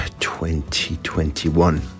2021